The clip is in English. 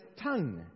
tongue